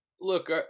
Look